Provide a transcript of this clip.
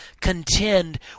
contend